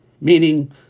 meaning